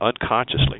unconsciously